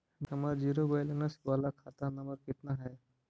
हमर zero balance बाला खाता नम्बर कितना है?